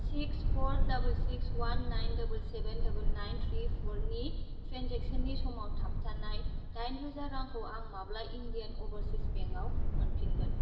six four दाबोल six one nine दाबोल seven दाबोल नाइन थ्रि फ'रनि ट्रेन्जेकसननि समाव थाबथानाय दाइन रोजा रांखौ आं माब्ला इन्डियान अभारसिस बेंकआव मोनफिनगोन